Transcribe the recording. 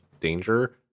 danger